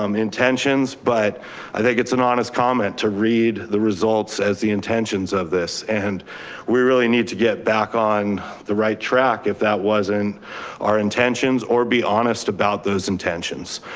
um intentions, but i think it's an honest comment to read the results as the intentions of this and we really need to get back on the right track if that wasn't our intentions or be honest about those intentions.